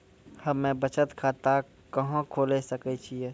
हम्मे बचत खाता कहां खोले सकै छियै?